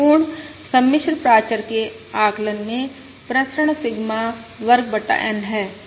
संपूर्ण सम्मिश्र प्राचर के आकलन में प्रसरण सिग्मा वर्ग बटा N है